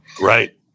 right